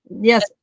Yes